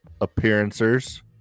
appearances